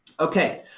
ok,